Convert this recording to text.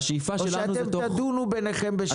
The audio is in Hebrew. או שתדונו ביניכם בשקט.